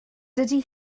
dydy